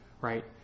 right